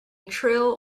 trill